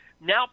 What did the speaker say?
now